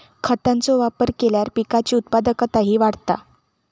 खतांचो वापर केल्यार पिकाची उत्पादकताही वाढता